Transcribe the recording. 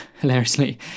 hilariously